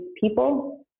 people